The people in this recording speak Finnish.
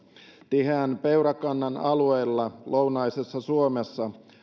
tiheän peurakannan alueilla lounaisessa suomessa